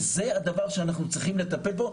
וזה הדבר שאנחנו צריכים לטפל בו,